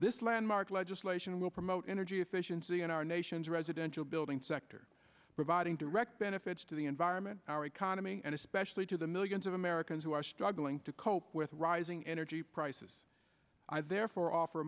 this landmark legislation will promote energy efficiency in our nation's residential building sector providing direct benefits to the environment our economy and especially to the millions of americans who are struggling to cope with rising energy prices i therefore offer